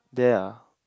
there ah